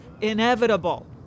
inevitable